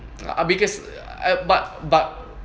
our biggest but but